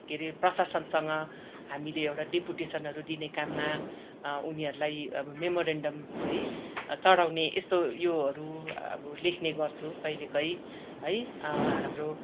के अरे प्रशासनसँग हामीले एउडा डेपुटेशनहरू दिने काममा उनीहरलाई आबो मेमोरेन्डम है चढाउँने एस्तो योहरू आबो लेख्ने गर्छु कैले कै हाम्रो